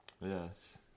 Yes